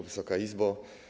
Wysoka Izbo!